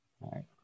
right